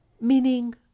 Meaning